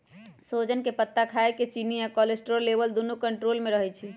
सोजन के पत्ता खाए से चिन्नी आ कोलेस्ट्रोल लेवल दुन्नो कन्ट्रोल मे रहई छई